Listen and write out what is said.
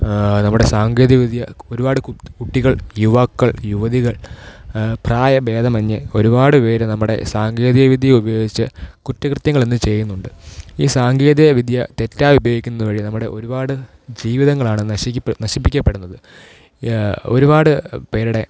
നമ്മുടെ സാങ്കേതികവിദ്യ ഒരുപാട് കുട്ടികൾ യുവാക്കൾ യുവതികൾ പ്രായഭേദമന്യേ ഒരുപാട് പേർ നമ്മുടെ സാങ്കേതികവിദ്യ ഉപയോഗിച്ച് കുറ്റകൃത്യങ്ങൾ ഇന്ന് ചെയ്യുന്നുണ്ട് ഈ സാങ്കേതികവിദ്യ തെറ്റായി ഉപയോഗിക്കുന്നത് വഴി നമ്മുടെ ഒരുപാട് ജീവിതങ്ങളാണ് നശിപ്പിക്കപ്പെടുന്നത് ഒരുപാട് പേരുടെ